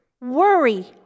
Worry